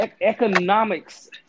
economics